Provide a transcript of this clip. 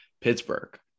Pittsburgh